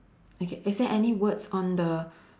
okay is there any words on the